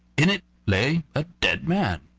in it lay a dead man.